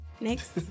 next